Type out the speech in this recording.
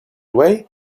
way